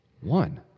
One